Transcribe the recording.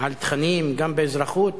על תכנים גם באזרחות,